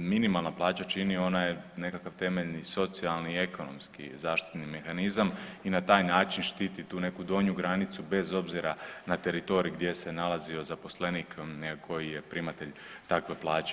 minimalna plaća čini, ona je nekakav temeljni socijali i ekonomski zaštitni mehanizam i na taj način štiti tu neku donju granicu, bez obzira na teritorij gdje se nalazio zaposlenik koji je primatelj takve plaće.